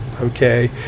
okay